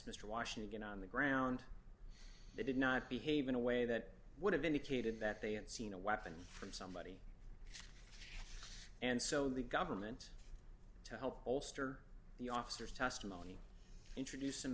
mr washington on the ground they did not behave in a way that would have indicated that they had seen a weapon from somebody and so the government to help bolster the officer's testimony introduce